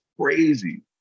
crazy